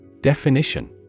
Definition